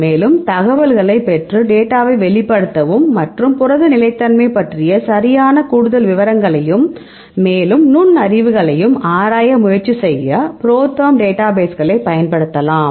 மேலும் தகவல்களைப் பெற்று டேட்டாவை வெளிப்படுத்தவும் மற்றும் புரத நிலைத்தன்மை பற்றிய சரியான கூடுதல் விவரங்களையும் மேலும் நுண்ணறிவுகளையும் ஆராய முயற்சி செய்ய ProTherm டேட்டாபேஸ்களைப் பயன்படுத்தலாம்